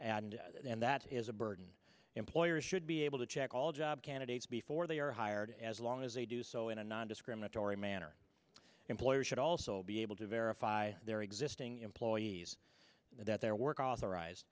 that and that is a burden employers should be able to check all job candidates before they are hired as long as they do so in a nondiscriminatory manner employers should also be able to vera there are existing employees that their work authorize